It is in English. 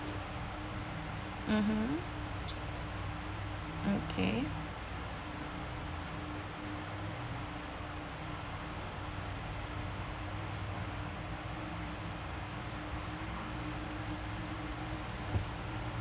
mmhmm okay